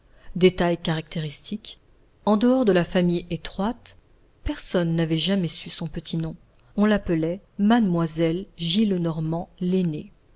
détail caractéristique en dehors de la famille étroite personne n'avait jamais su son petit nom on l'appelait mademoiselle gillenormand l'aînée